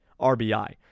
RBI